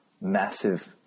massive